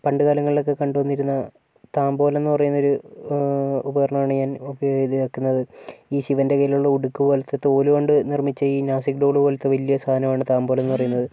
പണ്ടുകാലങ്ങളിലൊക്കെ കണ്ടുവന്നിരുന്ന താംബോലം എന്ന് പറയുന്നൊരു ഉപകരണമാണ് ഞാൻ ഉപയോഗിക്കുന്നത് ഈ ശിവൻ്റെ കയ്യിലുള്ള ഉടുക്ക് പോലത്തെ തോലുകൊണ്ട് നിർമിച്ച ഈ നാസിക് ഡോളു പോലത്തെ വലിയ സാധനമാണ് താംബോൽ എന്ന് പറയുന്നത്